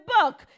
book